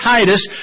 Titus